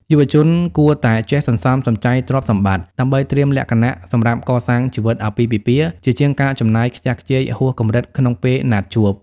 យុវជនគួរតែចេះ "សន្សំសំចៃទ្រព្យសម្បត្តិ" ដើម្បីត្រៀមលក្ខណៈសម្រាប់កសាងជីវិតអាពាហ៍ពិពាហ៍ ជាជាងការចំណាយខ្ជះខ្ជាយហួសកម្រិតក្នុងពេលណាត់ជួប។